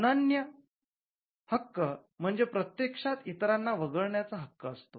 अनन्य हक्क म्हणजे प्रत्यक्षात इतरांना वगळण्याचा हक्क असतो